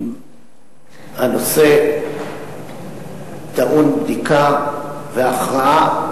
הנושא טעון בדיקה והכרעה,